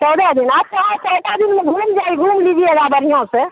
चौदह दिन आप यहाँ चौदह दिन में घूम जाई घूम लीजिएगा बढ़िया से